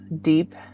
deep